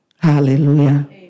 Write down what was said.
Hallelujah